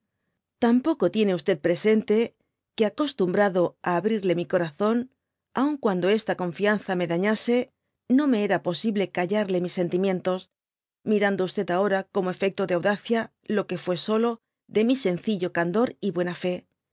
tampoco tiene presente que acostumbrado á abrirle mi corazón aun cuando esta confianza me dañase no me era posible callarle mis sentimientos mirando ahora como efecto de audacia lo que fué solo de mi sencillo candor y buena fá